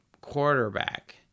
quarterback